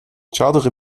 chartere